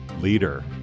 leader